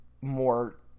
more